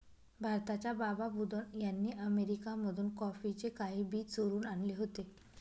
भारताच्या बाबा बुदन यांनी अरेबिका मधून कॉफीचे काही बी चोरून आणले होते